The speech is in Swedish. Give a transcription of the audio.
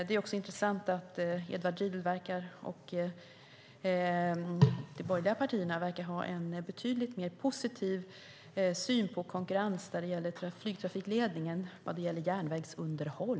Det är också intressant att Edward Riedl och de borgerliga partierna verkar ha en betydligt mer positiv syn på konkurrens när det gäller flygtrafikledning än när det gäller järnvägsunderhåll.